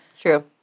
true